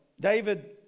David